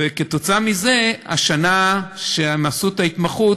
כתוצאה מזה השנה שהם עשו בה את ההתמחות,